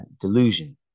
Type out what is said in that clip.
delusion